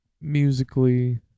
musically